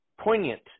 poignant